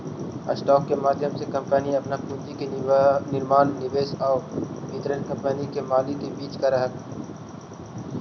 stock के माध्यम से कंपनी अपन पूंजी के निर्माण निवेश आउ वितरण कंपनी के मालिक के बीच करऽ हइ